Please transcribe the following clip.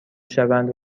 شوند